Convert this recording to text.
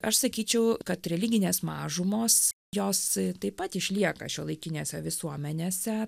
aš sakyčiau kad religinės mažumos jos taip pat išlieka šiuolaikinėse visuomenėse